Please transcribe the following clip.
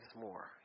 more